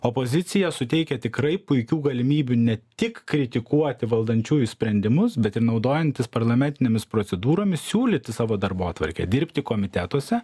opozicija suteikia tikrai puikių galimybių ne tik kritikuoti valdančiųjų sprendimus bet ir naudojantis parlamentinėmis procedūromis siūlyti savo darbotvarkę dirbti komitetuose